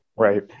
Right